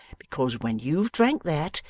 because when you've drank that,